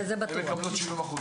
הן מקבלות 70 אחוז.